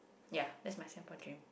ya that's my Singapore dream